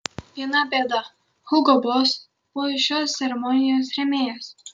viena bėda hugo boss buvo šios ceremonijos rėmėjas